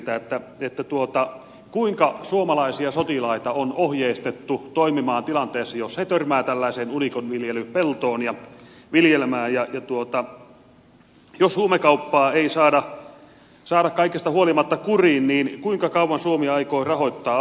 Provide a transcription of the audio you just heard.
kysynkin nyt ministeriltä kuinka suomalaisia sotilaita on ohjeistettu toimimaan tilanteessa jos he törmäävät unikonviljelypeltoon ja viljelmään ja jos huumekauppaa ei saada kaikesta huolimatta kuriin niin kuinka kauan suomi aikoo rahoittaa afganistanin hallintoa